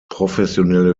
professionelle